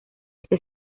este